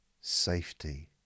safety